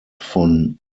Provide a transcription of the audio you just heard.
von